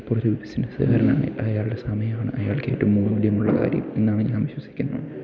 ഇപ്പോളൊരു ബിസിനസ്സുകാരനാണെ അയാളുടെ സമയമാണ് അയാൾക്കേറ്റവും മൂല്യമുള്ള കാര്യം എന്നാണ് ഞാൻ വിശ്വസിക്കുന്നത്